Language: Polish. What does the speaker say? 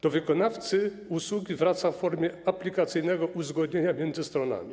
Do wykonawcy usługi wraca w formie aplikacyjnego uzgodnienia między stronami.